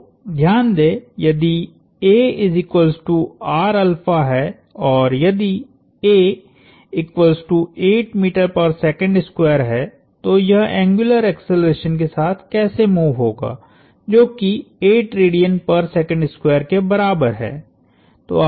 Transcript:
तो ध्यान दें यदिहैं और यदिहैं तो यह एंग्युलर एक्सेलरेशन के साथ कैसे मूव होगा जो कि के बराबर है